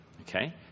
okay